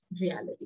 reality